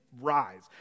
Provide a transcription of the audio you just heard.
rise